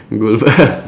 gold bar